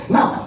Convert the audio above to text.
Now